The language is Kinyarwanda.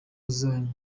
zanyu